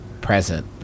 present